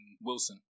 Wilson